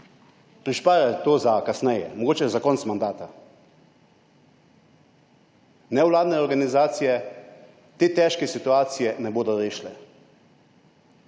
Prišparajte to za kasneje, mogoče za konec mandata. Nevladne organizacije te težke situacije ne bodo rešile.